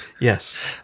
Yes